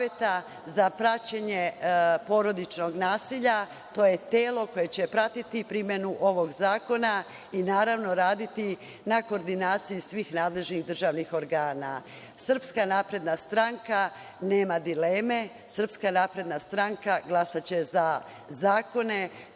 za praćenje porodičnog nasilja. To je telo koje će pratiti primenu ovog zakona i, naravno, raditi na koordinaciji svih nadležnih državnih organa. Srpska napredna stranka nema dileme. Srpska napredna stranka glasaće za zakone